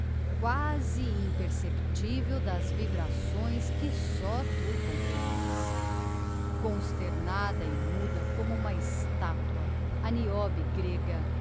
quasi imperceptivel das vibrações que só tu comprehendes consternada e muda como uma estatua a niobe grega